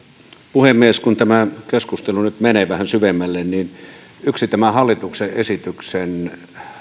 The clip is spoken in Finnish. puhemies kun tämä keskustelu nyt menee vähän syvemmälle niin yksi tämän hallituksen esityksen